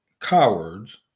cowards